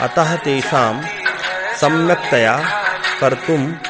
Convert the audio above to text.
अतः तेषां सम्यक्तया कर्तुम्